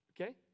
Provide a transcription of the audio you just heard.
okay